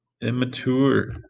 immature